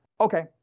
Okay